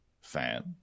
fan